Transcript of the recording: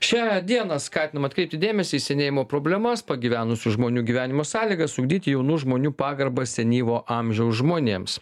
šią dieną skatinama atkreipti dėmesį į senėjimo problemas pagyvenusių žmonių gyvenimo sąlygas ugdyti jaunų žmonių pagarbą senyvo amžiaus žmonėms